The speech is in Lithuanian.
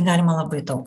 galima labai daug